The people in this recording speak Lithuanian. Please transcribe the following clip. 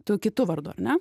tu kitu vardu ar ne